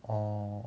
orh